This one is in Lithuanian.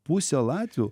pusė latvių